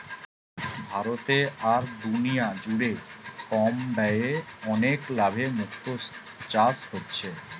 ভারতে আর দুনিয়া জুড়ে কম ব্যয়ে অনেক লাভে মুক্তো চাষ হচ্ছে